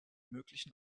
möglichen